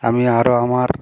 আমি আরও আমার